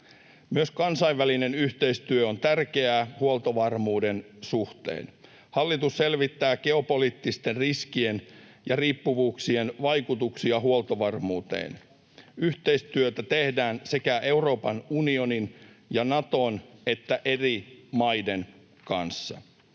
Myös kansainvälinen yhteistyö on tärkeää huoltovarmuuden suhteen. Hallitus selvittää geopoliittisten riskien ja riippuvuuksien vaikutuksia huoltovarmuuteen. Yhteistyötä tehdään sekä Euroopan unionin ja Naton että eri maiden kanssa.